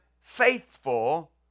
faithful